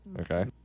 Okay